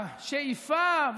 השאיפה,